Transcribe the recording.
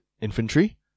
infantry